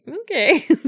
okay